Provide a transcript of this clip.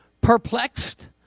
Perplexed